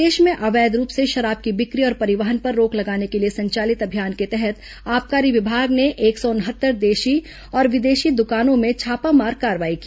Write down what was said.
प्रदेश में अवैध रूप से शराब की बिक्री और परिवहन पर रोक लगाने के लिए संचालित अभियान के तहत आबकारी विभाग ने एक सौ उनहत्तर देशी और विदेशी दुकानों में छापामार कार्रवाई की